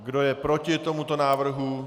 Kdo je proti tomuto návrhu?